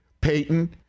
Payton